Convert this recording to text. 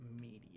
media